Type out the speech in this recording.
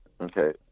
Okay